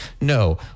No